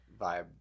vibe